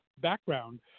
background